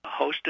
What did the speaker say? hosted